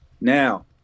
Now